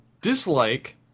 dislike